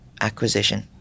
acquisition